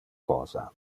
cosa